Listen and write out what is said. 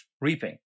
reaping